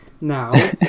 now